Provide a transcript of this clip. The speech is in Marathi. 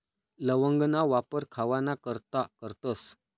लवंगना वापर खावाना करता करतस